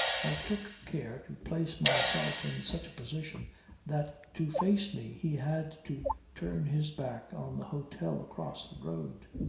i took care to place myself in such a position that to face me he had to turn his back on the hotel across the road.